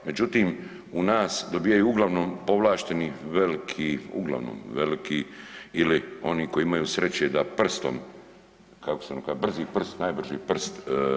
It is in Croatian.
Međutim u nas dobivaju uglavnom povlašteni veliki, uglavnom veliki ili oni koji imaju sreće da prstom kako se ono kaže brzi prst, najbrži prst.